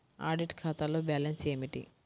Audit ఖాతాలో balance ఏమిటీ?